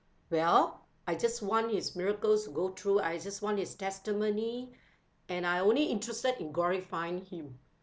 well I just want his miracles go through I just want his testimony and I only interested in glorifying him